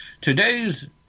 Today's